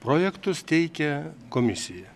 projektus teikia komisija